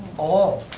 oh!